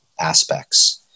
Aspects